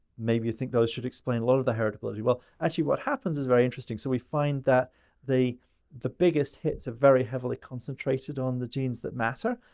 maybe you think those should explain a lot of the heritability. well, actually what happens is very interesting. so, we find that the biggest hits are very heavily concentrated on the genes that matter.